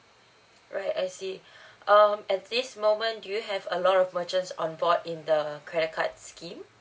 right I see um at this moment do you have a lot of merchants on board in the credit card scheme